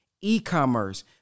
e-commerce